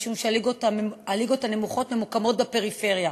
משום שהליגות הנמוכות ממוקמות בפריפריה.